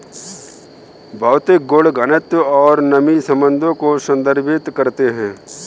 भौतिक गुण घनत्व और नमी संबंधों को संदर्भित करते हैं